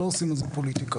לא עושים מזה פוליטיקה.